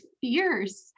fierce